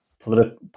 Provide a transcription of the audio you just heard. political